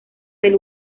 del